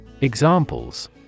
Examples